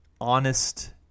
honest